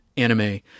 anime